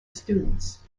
students